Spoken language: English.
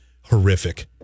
horrific